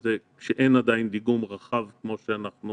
וזה כשאין עדיין דיגום רחב כמו שאנחנו